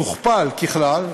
תוכפל ככלל,